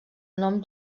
nom